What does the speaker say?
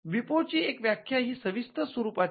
विपो ची एक व्याख्या ही सविस्तर स्वरूपाची आहे